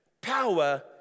power